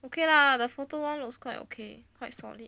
okay lah the photo one looks quite okay quite solid